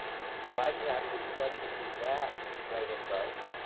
so, i could actually substitute that right in above.